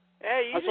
Hey